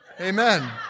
Amen